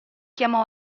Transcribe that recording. chiamò